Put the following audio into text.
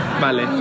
vale